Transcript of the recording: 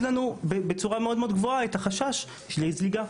לנו בצורה מאוד גבוהה את החשש לזליגה.